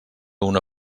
una